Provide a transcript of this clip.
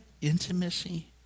intimacy